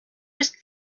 was